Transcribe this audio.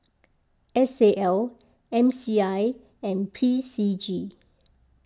S A L M C I and P C G